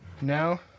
Now